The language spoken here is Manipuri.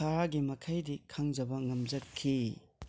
ꯈꯔꯒꯤ ꯃꯈꯩꯗꯤ ꯈꯪꯖꯕ ꯉꯝꯖꯈꯤ